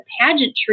pageantry